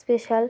special